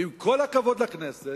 ועם כל הכבוד לכנסת,